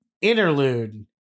Interlude